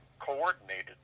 Coordinated